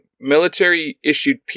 military-issued